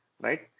right